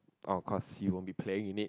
of course he won't be playing in it